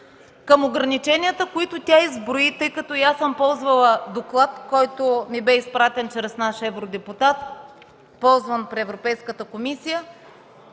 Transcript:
Към ограниченията, които тя изброи, тъй като и аз съм ползвала доклад, който ни беше изпратен чрез наш евродепутат, ползван при Европейската комисия